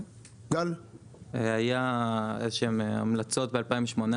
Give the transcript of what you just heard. היו איזה שהן המלצות ב-2018,